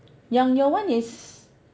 yang your own is